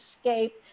escape